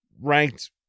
ranked